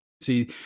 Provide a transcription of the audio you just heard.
See